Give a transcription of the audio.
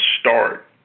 start